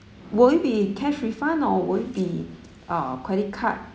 will it be cash refund or will it be uh credit card